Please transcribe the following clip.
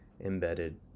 embedded